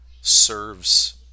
serves